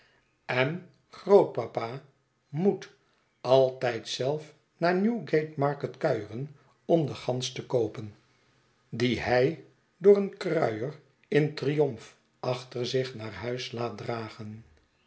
en grootpapa moet altijd zelf naar newgate market kuieren om de gans te koopen die hij door een kruier in triornf achter zich naar huis laat dragen